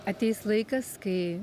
ateis laikas kai